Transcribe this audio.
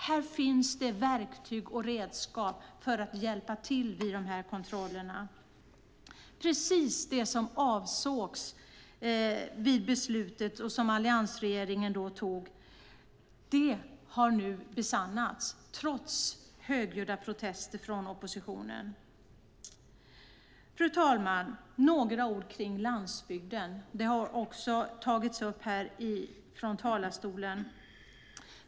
Här finns verktyg och redskap för att hjälpa till vid kontrollerna. Precis det som avsågs med beslutet som alliansregeringen fattade har nu besannats, trots högljudda protester från oppositionen. Fru talman! Låt mig säga några ord om landsbygden. Den frågan har också tagits upp här i talarstolen.